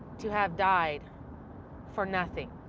to have died for nothing.